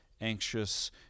anxious